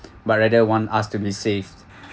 but rather one asked to be saved